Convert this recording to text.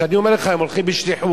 שאני אומר לך שהם הולכים בשליחות